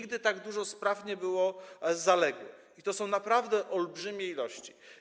Nigdy tak dużo spraw nie było zaległych, to są naprawdę olbrzymie ilości.